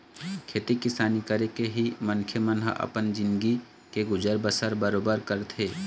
खेती किसानी करके ही मनखे मन ह अपन जिनगी के गुजर बसर बरोबर करथे